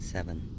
Seven